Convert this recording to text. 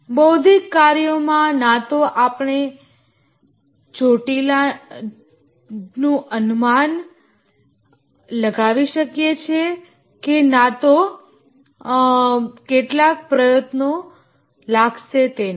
બૌદ્ધિક કાર્યોમાં ના તો આપણે જટિલતા નું અનુમાન લગાવી શકીએ છીએ કે ના તો કેટલા પ્રયત્નો લાગશે તેનું